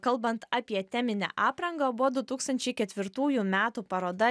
kalbant apie teminę aprangą buvo du tūkstančiai ketvirtųjų metų paroda